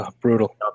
Brutal